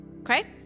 okay